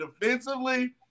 defensively